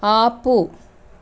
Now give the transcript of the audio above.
ఆపు